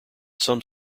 some